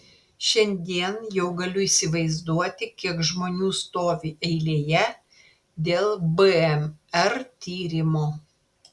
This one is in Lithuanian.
šiandien jau galiu įsivaizduoti kiek žmonių stovi eilėje dėl bmr tyrimo